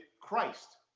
Christ